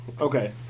Okay